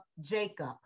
Jacob